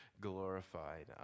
glorified